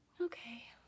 Okay